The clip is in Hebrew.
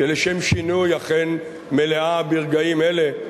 שלשם שינוי אכן מלאה ברגעים אלה.